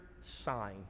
sign